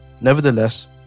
nevertheless